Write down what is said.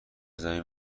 زمین